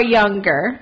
younger